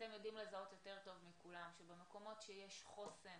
אתם יודעים לזהות יותר טוב מכולם שבמקומות שיש חוסן